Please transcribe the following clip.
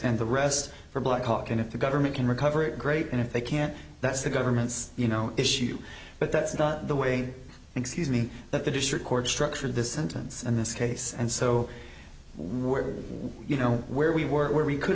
and the rest as for blackhawk and if the government can recover it great and if they can't that's the government's you know issue but that's not the way excuse me that the district court structured this sentence in this case and so we're you know where we were where we could